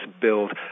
build